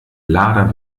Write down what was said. lader